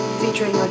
featuring